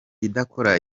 idakora